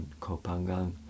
Kopangang